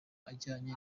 ajyanye